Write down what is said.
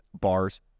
bars